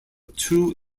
two